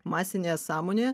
masinėje sąmonėje